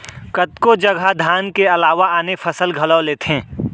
कतको जघा धान के अलावा आने फसल घलौ लेथें